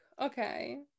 okay